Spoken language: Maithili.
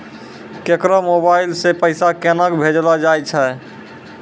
केकरो मोबाइल सऽ पैसा केनक भेजलो जाय छै?